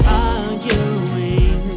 arguing